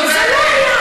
לא נכון.